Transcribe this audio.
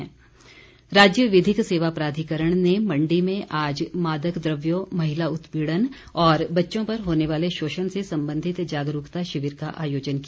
शिविर राज्य विधिक सेवा प्राधिकरण ने मण्डी में आज मादक द्रव्यों महिला उत्पीड़न और बच्चों पर होने वाले शोषण से संबंधित जागरूकता शिविर का आयोजन किया